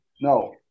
No